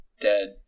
dead